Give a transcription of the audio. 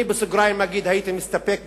אני בסוגריים אגיד: הייתי מסתפק בברק,